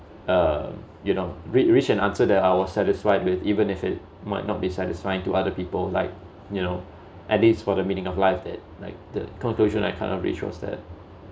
uh you know reach reach an answer that I was satisfied with even if it might not be satisfying to other people like you know at least for the meaning of life that like the conclusion I kind of reached was that